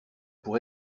pour